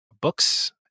books